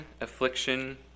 affliction